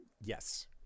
Yes